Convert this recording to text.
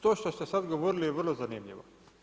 To što ste sad govorili je vrlo zanimljivo.